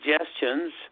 suggestions